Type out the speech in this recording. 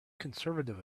conservative